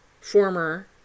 former